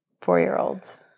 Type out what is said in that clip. four-year-olds